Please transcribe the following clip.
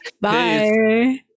bye